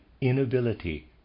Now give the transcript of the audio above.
inability